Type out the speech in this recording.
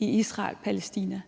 Israel-Palæstina-konflikten?